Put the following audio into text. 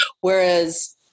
whereas